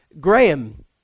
Graham